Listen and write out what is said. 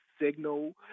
signal